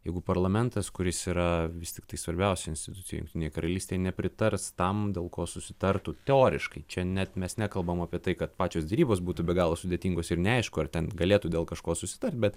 jeigu parlamentas kuris yra vis tiktai svarbiausia institucija jungtinėje karalystėje nepritars tam dėl ko susitartų teoriškai čia net mes nekalbam apie tai kad pačios derybos būtų be galo sudėtingos ir neaišku ar ten galėtų dėl kažko susitart bet